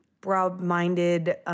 broad-minded